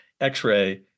X-ray